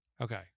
Okay